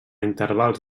intervals